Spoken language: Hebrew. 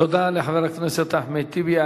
תודה לחבר הכנסת אחמד טיבי.